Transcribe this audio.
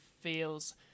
feels